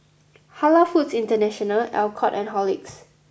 Halal Foods International Alcott and Horlicks